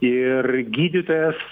ir gydytojas